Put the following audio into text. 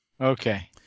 Okay